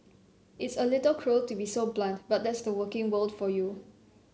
it's a little cruel to be so blunt but that's the working world for you